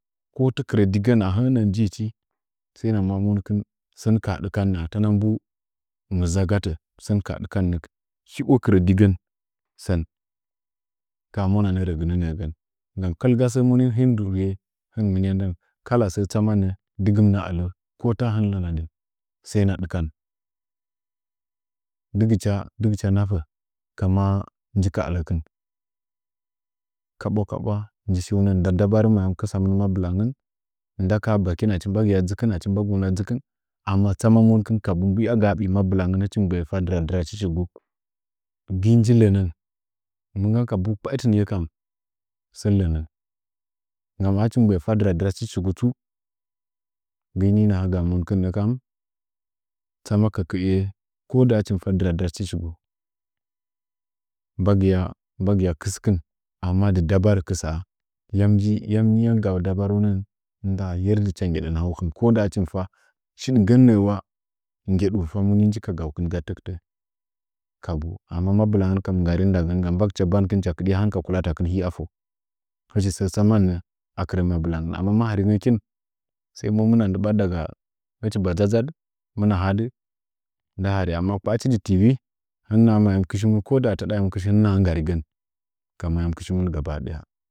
saina mba monkin sən kaha dɨkonnə attanna mbu mi ʒaa gətə sən ka haa dɨkannə dhe’o kɨrə digən tan taa monəanə rəgɨmin tə’əgən nggan kɨlga səə monɨmin dɨwuye hin mɨminy ndan kala sa’ tsaman dɨgɨmɨna ələ ko ta hin lama ndan sai na dɨkan, dɨgɨcha nafə kuma nji ka ələkin, kaɓwa kaɓwa nji shunəngən nda dabarən ayam ktsamin mabɨlangən, nda kaha bəkən achi mbaguma dʒikɨn achi mbagɨya dʒikin atsaman tsu kabu mbu yagaa ɓiyi mabilangən nichin fa dradrachufu, gti nji lənən, amma kabu kpaitin ye kam səi lənən nggam a luchu mɨ ngbəə dɨfa dradrachu shigu tsu, gɨini nahaga monkin nəkam tsama kəkɨe koda hichi mifa dradrachi shigu, mbagiye kiskin amma dɨ dabarə kɨsa, yamyam gaa dabarəngən, ndaa yerdə hi cha nggədə nahowkɨn, koda him fa shidgən nərwa nggədi səng hi ka gaukin gatə kɨtə kabu ama mabilangən kam nggarim ndagin mbagicha bankɨn hɨcha kɨdya han hichi ka gylalakɨn a foo hichi səə tsaunənnə akɨrə mabilagən amma ma harɨ ngəkɨn sai mbu himana ndɨbadɨ daga hichi ba dʒadʒad amma kpachu dɨ twi hinna man kushi koda tade hina gabadaya.